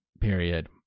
period